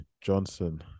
Johnson